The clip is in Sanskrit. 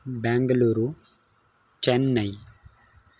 बेङ्गलूरु चेन्नै